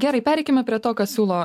gerai pereikime prie to ką siūlo